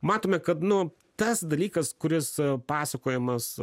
matome kad nu tas dalykas kuris pasakojamas